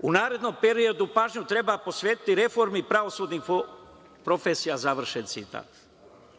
U narednom periodu pažnju treba posvetiti reformi pravosudnih profesija, završen citat. Upravo